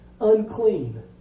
Unclean